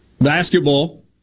basketball